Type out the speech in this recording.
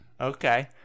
Okay